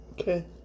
Okay